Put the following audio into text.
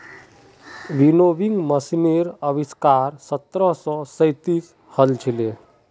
winnowing मशीनेर आविष्कार सत्रह सौ सैंतीसत हल छिले